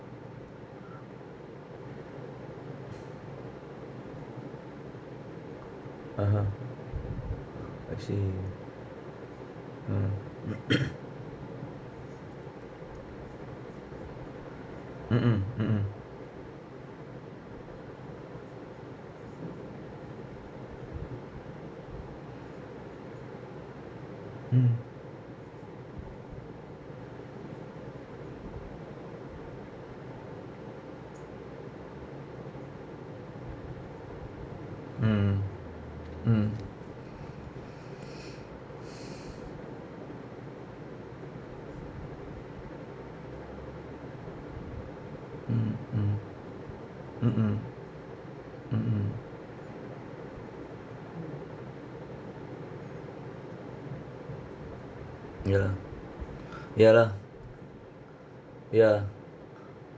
(uh huh) I see mm mm mm mm mm mm mm mm mm mm mm mm mm mm ya ya lah ya